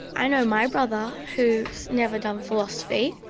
i know my brother, who's never done philosophy,